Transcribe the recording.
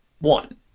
one